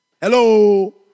Hello